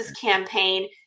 campaign